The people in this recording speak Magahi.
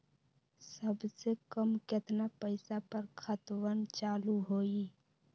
सबसे कम केतना पईसा पर खतवन चालु होई?